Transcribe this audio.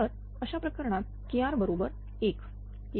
तर त्या प्रकरणात Kr बरोबर 1